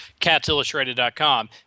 catsillustrated.com